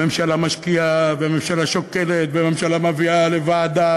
הממשלה משקיעה והממשלה שוקלת והממשלה מביאה לוועדה,